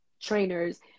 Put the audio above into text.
trainers